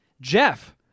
Jeff